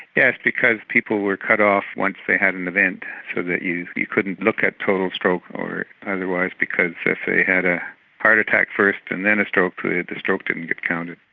yes, because people were cut off once they had an event so that you you couldn't look at total stroke or otherwise because if they had a heart attack first and then a stroke the stroke didn't get counted.